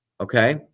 okay